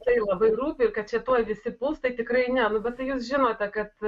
tai labai rūpi ir kad čia tuoj visi puls tai tikrai ne nu bet tai jūs žinote kad